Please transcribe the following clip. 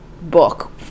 book